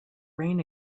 rain